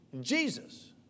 Jesus